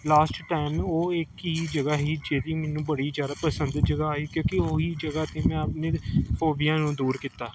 last time ਉਹ ਇੱਕ ਹੀ ਜਗ੍ਹਾ ਸੀ ਜਿਹੜੀ ਮੈਨੂੰ ਬੜੀ ਜ਼ਿਆਦਾ ਪਸੰਦ ਜਗ੍ਹਾ ਆਈ ਕਿਉਂਕਿ ਉਹੀ ਜਗ੍ਹਾ 'ਤੇ ਮੈਂ ਆਪਣੇ ਫੋਬੀਆ ਨੂੰ ਦੂਰ ਕੀਤਾ